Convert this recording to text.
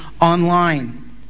online